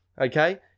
Okay